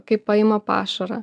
kaip paima pašarą